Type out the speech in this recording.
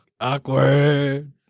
Awkward